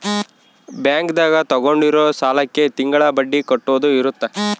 bank ದಾಗ ತಗೊಂಡಿರೋ ಸಾಲಕ್ಕೆ ತಿಂಗಳ ಬಡ್ಡಿ ಕಟ್ಟೋದು ಇರುತ್ತ